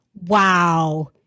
Wow